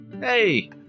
Hey